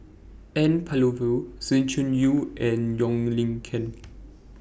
N Palanivelu Sng Choon Yee and Wong Lin Ken